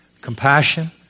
Compassion